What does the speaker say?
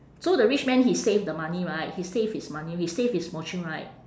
so the rich man he save the money right he save his money he save his fortune right